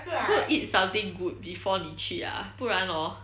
go eat something good before 你去 ah 不然 hor